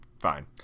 fine